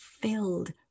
filled